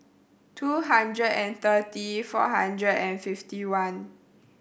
two hundred and thirty four hundred and fifty one